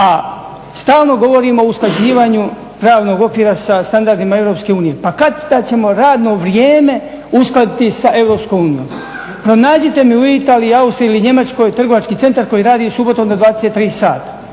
A stalno govorimo o usklađivanju pravnog okvira sa standardima EU, pa kat tad ćemo radno vrijeme uskladiti sa EU, pronađite mi u Italiji, Austriji ili Njemačkoj trgovački centar koji radi subotom do 23 sata